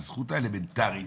הזכות האלמנטרית